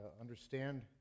understand